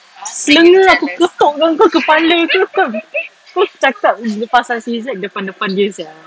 selenge aku ketuk kau kan kepala ke kau kau cakap pasal si zack depan-depan dia sia